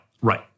right